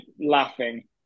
laughing